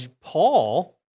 Paul